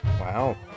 Wow